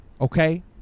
okay